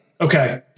okay